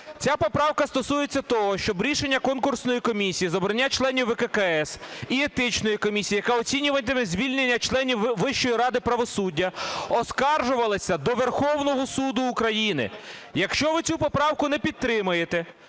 Ця поправка стосується того, щоб рішення конкурсної комісії з обрання членів ВККС і етичної комісії, яка оцінюватиме звільнення членів Вищої ради правосуддя, оскаржувалася до Верховного Суду України. Якщо ви цю поправку не підтримаєте,